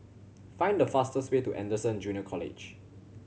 find the fastest way to Anderson Junior College